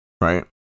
right